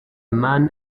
man